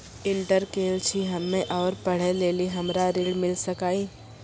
Inter केल छी हम्मे और पढ़े लेली हमरा ऋण मिल सकाई?